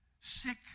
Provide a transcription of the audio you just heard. sick